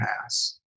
pass